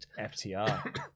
FTR